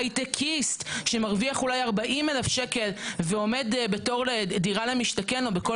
הייטקיסט שמרוויח אולי 40,000 שקלים ועומד בתור לדירה למשתכן או בכל